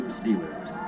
sealers